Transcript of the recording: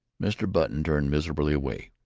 mr. button turned miserably away.